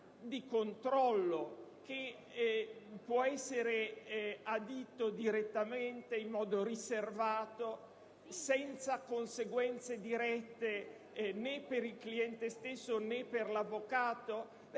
di controllo che può essere adito direttamente in modo riservato, senza conseguenze dirette né per il cliente né per l'avvocato?